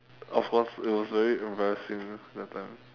of course it was very embarrassing that time